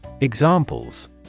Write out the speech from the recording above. Examples